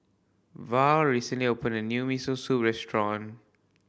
Val recently opened a new Miso Soup restaurant